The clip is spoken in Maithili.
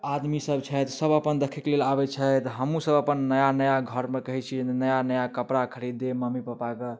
आदमी सब छथि सब अपन देखै कऽ लेल आबैत छथि हमहूँ सब अपन नया नया घरमे कहै छियै नया नया कपड़ा खरीद दे मम्मी पापा कऽ